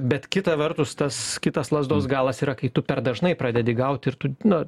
bet kita vertus tas kitas lazdos galas yra kai tu per dažnai pradedi gauti ir tu na